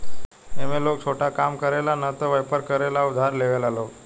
ए में लोग छोटा काम करे ला न त वयपर करे ला उधार लेवेला लोग